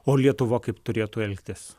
o lietuva kaip turėtų elgtis